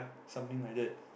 something like that